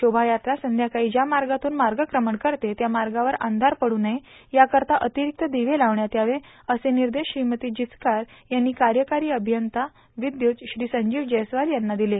शोभायात्रा संध्याकाळी ज्या मार्गातून मार्गक्रमण करते त्या मार्गावर अंधार पडू नये याकरिता अतिरिक्त दिवे लावण्यात यावे असेही निर्देश श्रीमती जिचकार यांनी कार्यकारी अभियंता विद्युत श्री संजीव जैस्वाल यांना दिले